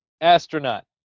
astronaut